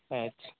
अच्छा